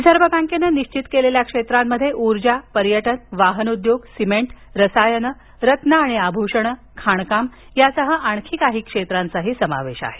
reserve बँकेनं निश्वित केलेल्या क्षेत्रांमध्ये ऊर्जा पर्यटन वाहन उद्योग सिमेंट रसायने रत्न आणि आभूषणे खाणकाम यासह आणखी काही क्षेत्रांचा समावेश आहे